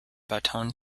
baton